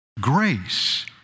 grace